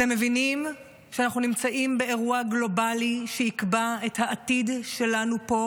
אתם מבינים שאנחנו נמצאים באירוע גלובלי שיקבע את העתיד שלנו פה,